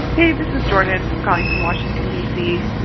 hey, this is jordan. i'm calling from washington d c.